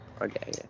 Okay